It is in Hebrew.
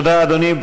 תודה, אדוני.